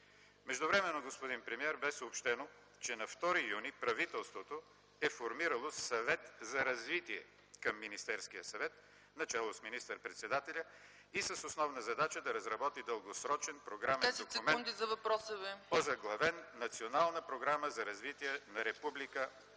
Междувременно, господин премиер, бе съобщено, че на 2 юни 2010 г. правителството е формирало Съвет за развитие към Министерския съвет начело с министър-председателя и с основна задача да разработи дългосрочен програмен документ, озаглавен Национална програма за развитие на Република